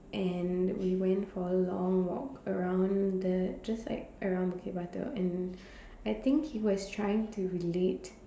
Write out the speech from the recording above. and we went for a long walk around the just like around Bukit-Batok and I think he was trying to relate